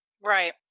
Right